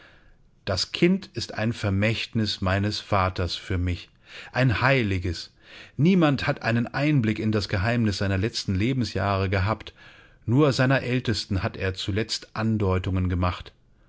das kind ist ein vermächtnis meines vaters für mich ein heiliges niemand hat einen einblick in das geheimnis seiner letzten lebensjahre gehabt nur seiner aeltesten hat er zuletzt andeutungen gemacht